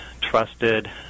trusted